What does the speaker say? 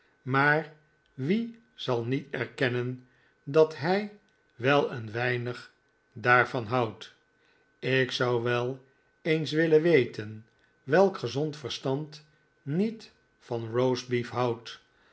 maar wie zal niet erkennen dat hij wel een weinig daarvan houdt ik zou wel eens willen weten welk gezond verstand niet van roast-beef houdt